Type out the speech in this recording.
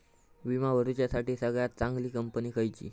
विमा भरुच्यासाठी सगळयात चागंली कंपनी खयची?